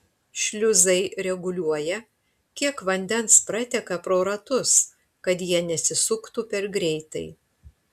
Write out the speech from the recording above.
šliuzai reguliuoja kiek vandens prateka pro ratus kad jie nesisuktų per greitai